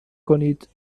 کنید